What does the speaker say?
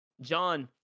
John